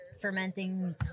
fermenting